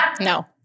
No